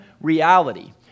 reality